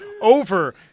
Over